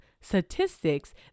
statistics